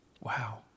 Wow